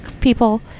people